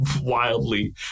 wildly